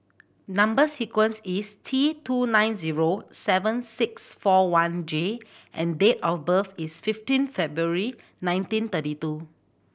number sequence is T two nine zero seven six four one J and date of birth is fifteen February nineteen thirty two